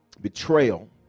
betrayal